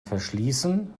verschließen